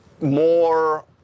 more